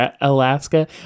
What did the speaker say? Alaska